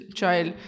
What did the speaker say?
child